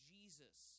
Jesus